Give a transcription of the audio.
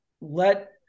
let